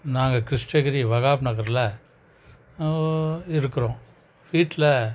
நாங்க கிருஷ்ணகிரி வகாப் நகரில் இருக்கிறோம் வீட்டில்